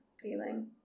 feeling